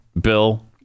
bill